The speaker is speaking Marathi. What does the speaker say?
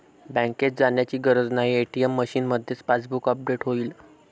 बँकेत जाण्याची गरज नाही, ए.टी.एम मशीनमध्येच पासबुक अपडेट होईल